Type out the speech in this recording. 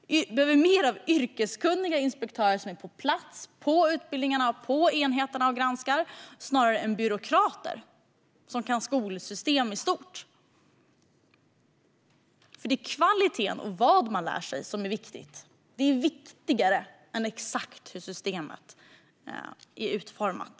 Vi behöver mer av yrkeskunniga inspektörer, som är på plats på utbildningarna och på enheterna och granskar, snarare än byråkrater som kan skolsystem i stort. Det är kvaliteten och vad man lär sig som är viktigt. Det är viktigare än exakt hur systemet är utformat.